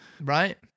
Right